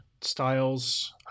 styles